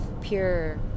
pure